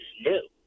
new